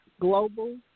Global